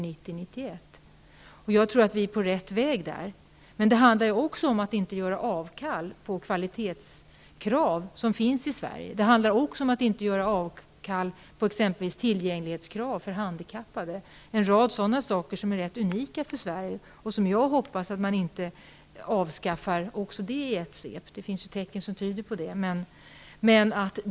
Vi är nog på rätt väg. Men det handlar också om att inte avstå från de kvalitetskrav som vi har i Sverige. Det rör sig också om att inte avstå från kraven på tillgänglighet när det gäller handikappade. Det finns en rad krav som är rätt unika för Sverige. Jag hoppas att man inte i ett svep tar bort dessa krav. Det finns ju tecken som tyder på detta.